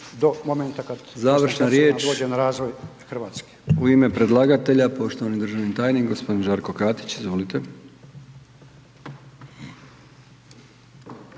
Završna riječ u ime predlagatelja poštovani državni tajnik gospodin Žarko Katić. Izvolite.